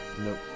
Nope